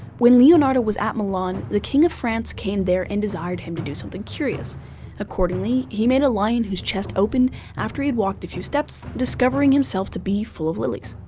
when leonardo was at milan the king of france came there and desired him to do something curious accordingly he made a lion whose chest opened after he had walked a few steps, discovering himself to be full of lilies.